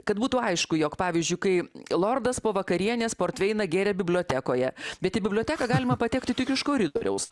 kad būtų aišku jog pavyzdžiui kai lordas po vakarienės portveiną gėrė bibliotekoje bet į biblioteką galima patekti tik iš koridoriaus